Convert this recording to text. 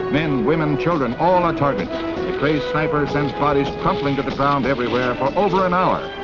men, women, children, all are targets. he plays sniper and parties coupling to the ground everywhere for over an hour.